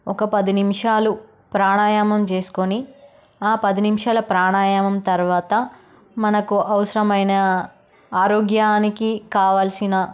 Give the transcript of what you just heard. ఒక పది నిమిషాలు ప్రాణయామం చేసుకొని ఆ పది నిమిషాల ప్రాణయామం తర్వాత మనకు అవసరమైన ఆరోగ్యానికి కావాలసిన